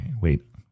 Wait